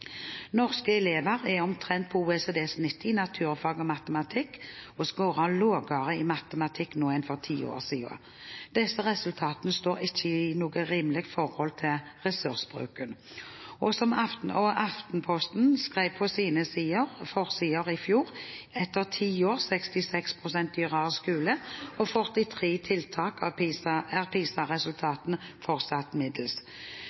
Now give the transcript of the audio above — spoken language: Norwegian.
matematikk nå enn for ti år siden. Disse resultatene står ikke i et rimelig forhold til ressursbruken. Som Aftenposten skrev på en av sine forsider i fjor: Etter ti år og 66 pst. dyrere skole og 43 tiltak er PISA-resultatene fortsatt middels. Da er